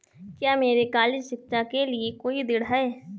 क्या मेरे कॉलेज शिक्षा के लिए कोई ऋण है?